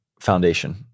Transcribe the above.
foundation